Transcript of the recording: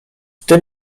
tym